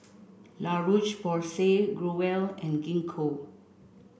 La Roche Porsay Growell and Gingko